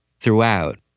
Throughout